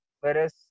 Whereas